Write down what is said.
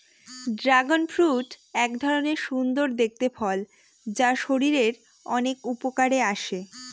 dragon fruit এক ধরনের সুন্দর দেখতে ফল যা শরীরের অনেক উপকারে আসে